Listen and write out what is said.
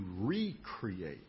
recreate